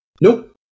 nope